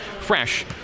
fresh